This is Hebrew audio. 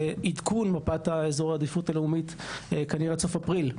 לעדכון מפת האזור העדיפות הלאומית כנראה עד סוף אפריל.